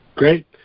Great